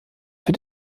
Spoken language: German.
für